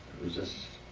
was just